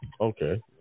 Okay